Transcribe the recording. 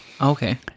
okay